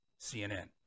CNN